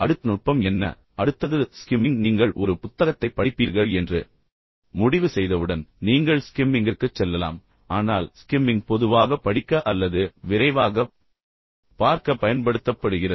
அடுத்த நுட்பம் என்ன அடுத்தது ஸ்கிம்மிங் நீங்கள் ஒரு புத்தகத்தைப் படிப்பீர்கள் என்று முடிவு செய்தவுடன் இப்போது நீங்கள் ஸ்கிம்மிங்கிற்குச் செல்லலாம் ஆனால் ஸ்கிம்மிங் பொதுவாக படிக்க அல்லது விரைவாகப் பார்க்க பயன்படுத்தப்படுகிறது